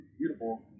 Beautiful